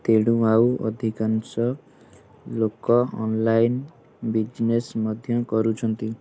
ତେଣୁ ଆଉ ଅଧିକାଂଶ ଲୋକ ଅନ୍ଲାଇନ୍ ବିଜିନେସ୍ ମଧ୍ୟ କରୁଛନ୍ତି